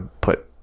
put